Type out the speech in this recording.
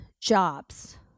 jobs